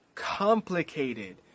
complicated